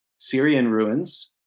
syria in ruins.